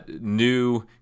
new